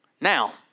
Now